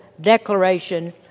declaration